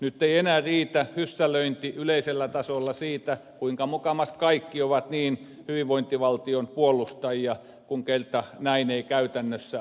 nyt ei enää riitä hyssälöinti yleisellä tasolla siitä kuinka mukamas kaikki ovat niin hyvinvointivaltion puolustajia kun kerran näin ei käytännössä ole